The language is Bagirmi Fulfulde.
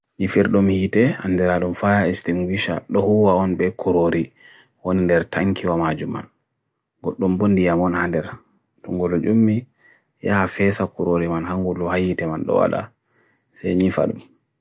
nifir dum hii te, andera dum faa extinguisha, luhu wa onbe kurori, onender thayn kiwa maju man. Gud dum bundi ya man handera, tum gulo jummi, yaa feesa kurori man, han gulo hii te man luala, se nifarum.